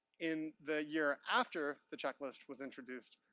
in the year after the checklist was introduced,